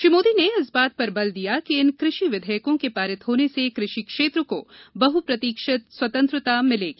श्री मोदी ने इस बात पर बल दिया कि इन कृषि विधेयकों के पारित होने से कृषि क्षेत्र को बहुप्रतीक्षित स्वतंत्रता मिलेगी